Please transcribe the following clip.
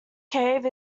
cave